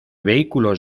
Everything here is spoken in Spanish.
vehículos